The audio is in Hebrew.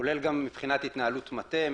כולל מבחינת התנהלות מטה,